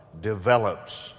develops